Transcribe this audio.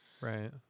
Right